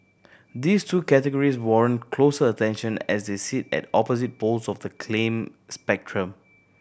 these two categories warrant closer attention as they sit at opposite poles of the claim spectrum